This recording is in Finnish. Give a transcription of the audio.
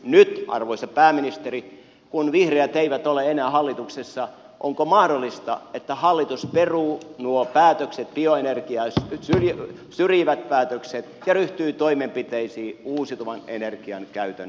nyt arvoisa pääministeri kun vihreät eivät ole enää hallituksessa onko mahdollista että hallitus peruu nuo päätökset bioenergiaa syrjivät päätökset ja ryhtyy toimenpiteisiin uusiutuvan energian käytön edistämiseksi